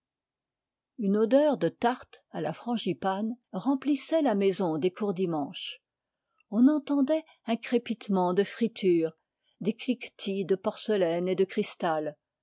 une odeur de tarte à la frangipane remplissait la maison des courdimanche on entendait un crépitement de friture des cliquetis de porcelaine et de cristal